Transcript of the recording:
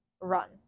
run